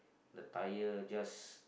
the tire just